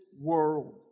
world